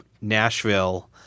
Nashville